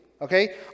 okay